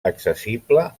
accessible